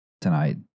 tonight